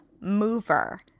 Mover